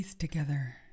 together